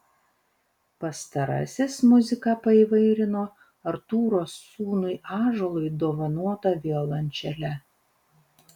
pastarasis muziką paįvairino artūro sūnui ąžuolui dovanota violončele